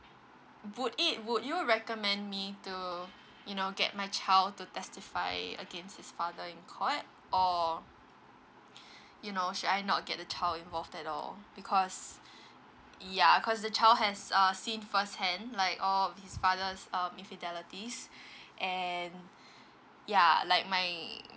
would it would you recommend me to you know get my child to testify against his father in court or you know should I not get the child involved at all because ya cause the child has uh seen firsthand like all of his father's um infidelities and ya like my